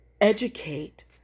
educate